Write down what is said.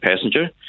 passenger